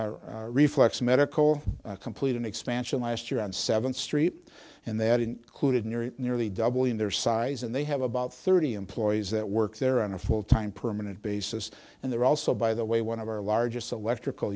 seen reflex medical complete an expansion last year on seventh street and that included near nearly doubling their size and they have about thirty employees that work there on a full time permanent basis and they're also by the way one of our largest electrical